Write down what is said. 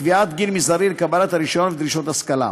קביעת גיל מזערי לקבלת הרישיון ודרישות השכלה.